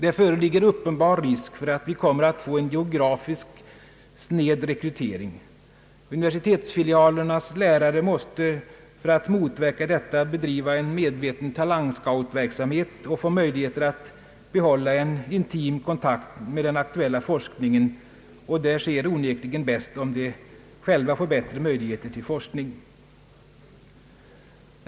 Det föreligger uppenbar risk för att vi kommer att få en geografiskt sned rekrytering. Universitetsfilialernas lärare måste för att motverka detta bedriva en medveten talangscoutjakt och få möjligheter att behålla en intim kontakt med den aktuella forskningen, och det sker onekligen bäst om de själva får bättre möjligheter till forskning.